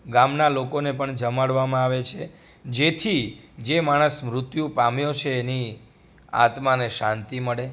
ગામનાં લોકોને પણ જમાડવામાં આવે છે જેથી જે માણસ મૃત્યુ પામ્યો છે એની આત્માને શાંતિ મળે